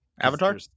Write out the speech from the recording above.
Avatar